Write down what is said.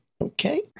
okay